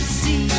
see